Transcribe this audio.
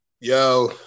Yo